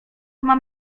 mam